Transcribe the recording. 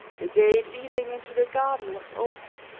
the gate leading into the garden was open